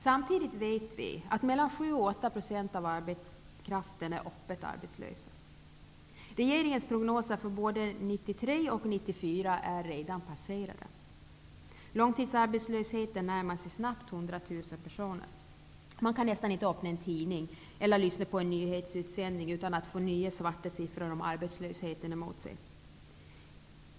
Samtidigt vet vi att 7--8 % av arbetskraften är öppet arbetslös. Regeringens prognoser för både år 1993 och år 1994 är redan passerade. Långtidsarbetslösheten närmar sig snabbt 100 000 personer. Man kan nästan inte öppna en tidning eller lyssna på en nyhetsutsändning utan att få nya svarta siffror om arbetslösheten emot sig.